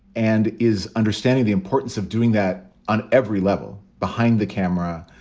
and is understanding the importance of doing that on every level behind the camera,